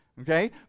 Okay